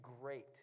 great